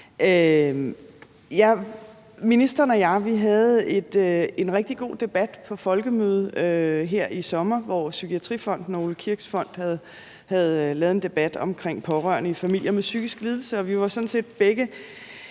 Ministeren og jeg havde en rigtig god debat på folkemødet her i sommer, hvor Psykiatrifonden og Ole Kirk's Fond havde arrangeret en debat omkring pårørende i familier med psykiske lidelser. Vi var sådan